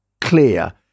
clear